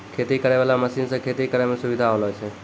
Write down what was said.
खेती करै वाला मशीन से खेती करै मे सुबिधा होलो छै